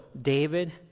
David